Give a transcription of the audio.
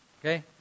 Okay